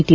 T